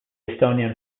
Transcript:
estonian